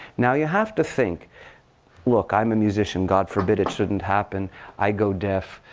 now, you have to think look, i'm a musician god forbid it shouldn't happen i go deaf.